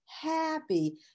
happy